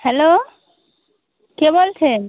hello কে বলছেন